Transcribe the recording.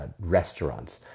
restaurants